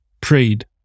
prayed